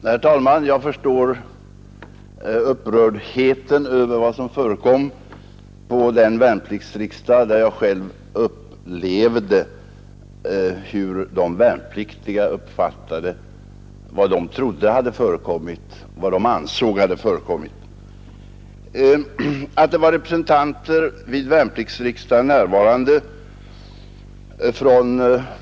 Herr talman! Jag förstår upprördheten över vad som förekom på den Torsdagen den värnpliktsriksdag där jag själv upplevde hur de värnpliktiga uppfattade 6 april 1972 vad de ansåg hade skett.